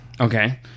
Okay